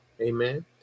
Amen